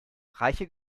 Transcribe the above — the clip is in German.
reiche